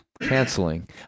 Canceling